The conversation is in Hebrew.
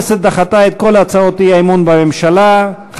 אי-אמון בממשלה לא נתקבלה.